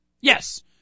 Yes